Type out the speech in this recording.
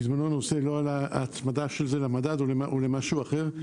בזמנו נושא ההצמדה של זה לממד או למשהו אחר לא עלה.